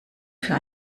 für